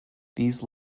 these